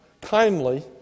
kindly